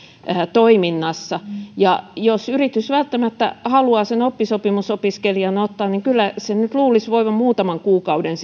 toiminnassa jos yritys välttämättä haluaa sen oppisopimusopiskelijan ottaa niin kyllä sen nyt luulisi voivan muutaman kuukauden